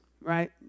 right